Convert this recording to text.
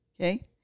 Okay